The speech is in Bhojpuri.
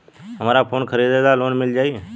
हमरा फोन खरीदे ला लोन मिल जायी?